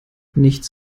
nichts